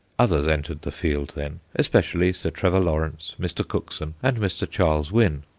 others entered the field then, especially sir trevor lawrence, mr. cookson, and mr. charles winn.